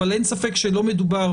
אבל אין ספק שלא מדובר,